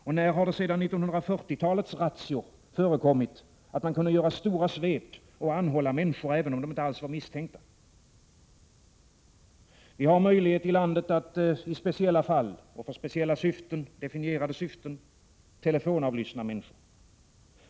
Och när har det sedan 1940-talets razzior förekommit att man kunde göra stora svep och anhålla människor även om de inte alls var misstänkta? Vi har möjlighet här i landet att i speciella fall och för definierade syften telefonavlyssna människor.